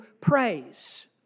praise